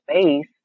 space